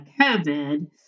COVID